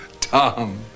Tom